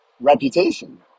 reputation